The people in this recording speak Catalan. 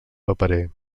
paperer